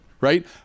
right